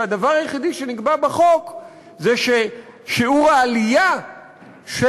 והדבר היחיד שנקבע בחוק זה ששיעור העלייה של